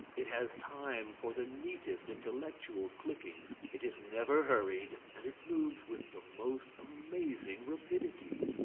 it has time for the neatest intellectual clickings, it is never hurried, and it moves with the most amazing rapidity.